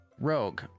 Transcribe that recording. rogue